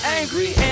angry